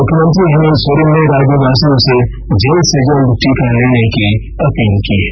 मुख्यमंत्री हेमंत सोरेन ने राज्यवासियों से जल्द से जल्द टीका लेने की अपील की है